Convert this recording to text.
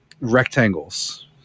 rectangles